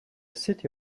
city